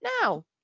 Now